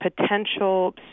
potential